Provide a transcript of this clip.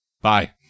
Bye